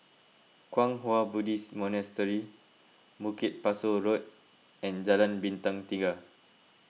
Kwang Hua Buddhist Monastery Bukit Pasoh Road and Jalan Bintang Tiga